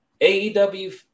AEW